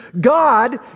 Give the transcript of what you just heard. God